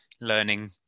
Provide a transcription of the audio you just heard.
learning